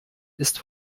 ist